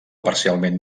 parcialment